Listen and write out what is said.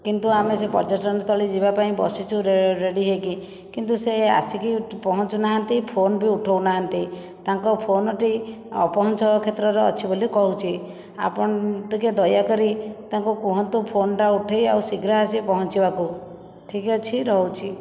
କିନ୍ତୁ ଆମେ ସେ ପର୍ଯ୍ୟଟନସ୍ଥଳୀ ଯିବା ପାଇଁ ବସିଛୁ ରେ ରେଡ଼ି ହୋଇକି କିନ୍ତୁ ସେ ଆସିକି ପହଞ୍ଚୁନାହାନ୍ତି ଫୋନ୍ ବି ଉଠାଉ ନାହାନ୍ତି ତାଙ୍କ ଫୋନ୍ଟି ଅପହଞ୍ଚ କ୍ଷେତ୍ରରେ ଅଛି ବୋଲି କହୁଛି ଆପଣ ଟିକିଏ ଦୟାକରି ତାଙ୍କୁ କୁହନ୍ତୁ ଫୋନ୍ଟା ଉଠେଇ ଆଉ ଶୀଘ୍ର ଆସି ପହଞ୍ଚିବାକୁ ଠିକ୍ ଅଛି ରହୁଛି